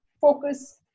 focus